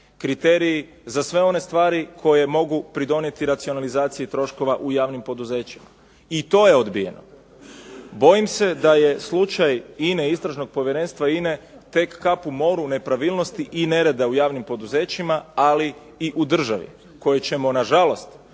kriteriji za sve one stvari koje mogu pridonijeti racionalizaciji troškova u javnim poduzećima. I to je odbijeno. Bojim se da je slučaj INA-e i Istražnog povjerenstva INA-e tek kap u moru nepravilnosti i nereda u javnim poduzećima, ali i u državi koje ćemo na žalost